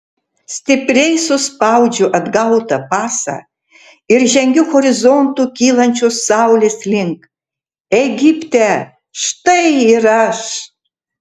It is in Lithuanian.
stipriai suspaudžiu atgautą pasą ir žengiu horizontu kylančios saulės link egipte štai ir aš